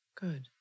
Good